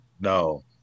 No